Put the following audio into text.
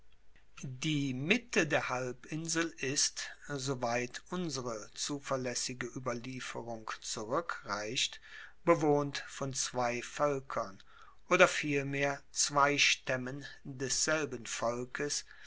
die mitte der halbinsel ist soweit unsere zuverlaessige ueberlieferung zurueckreicht bewohnt von zwei voelkern oder vielmehr zwei staemmen desselben volkes